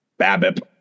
Babip